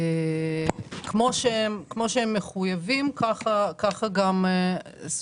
כמו שהם מחויבים, כך גם ההחזר.